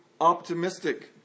optimistic